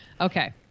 Okay